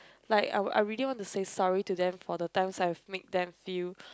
like I would I really want to say sorry to them for the times I've made them feel